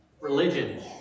religion